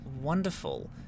Wonderful